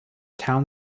town